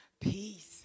peace